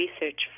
research